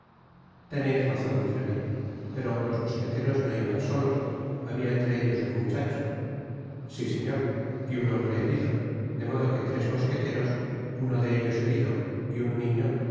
teneis razon treville pero los mosqueteros no iban solos habia entre etlos un muchacho si señor y un hombre herido de modo que res mosqueteros uno de ellos herido y un